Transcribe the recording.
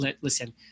listen